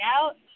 out